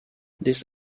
this